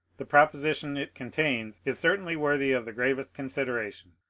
the proposition it contains is certainly worthy of the gravest consideration,